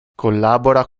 collabora